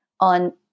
on